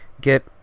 get